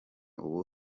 ubu